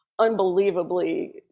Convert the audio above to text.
unbelievably